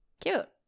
Cute